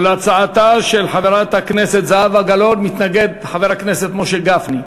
להצעתה של חברת הכנסת זהבה גלאון מתנגד חבר הכנסת משה גפני.